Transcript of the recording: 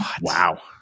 Wow